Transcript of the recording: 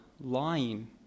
lying